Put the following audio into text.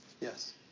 Yes